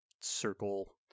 circle